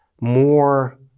more